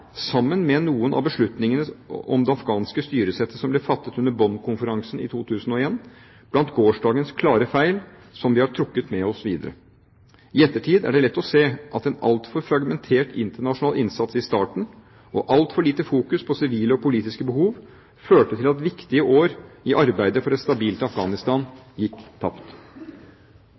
sammen med noen av beslutningene om det afghanske styresettet som ble fattet under Bonn-konferansen i 2001, blant gårsdagens klare feil som vi har trukket med oss videre. I ettertid er det lett å se at en altfor fragmentert internasjonal innsats i starten, og altfor lite fokus på sivile og politiske behov, førte til at viktige år i arbeidet for et stabilt Afghanistan gikk tapt.